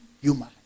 human